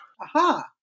Aha